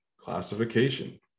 classification